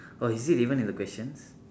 oh is it even in the questions